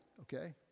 okay